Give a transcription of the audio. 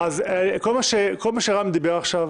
כל מה שרם שפע דיבר עכשיו